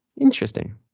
Interesting